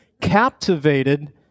captivated